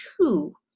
two